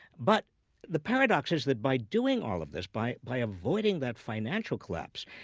but the paradox is, that by doing all of this, by by avoiding that financial collapse,